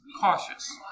cautious